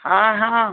हाँ हाँ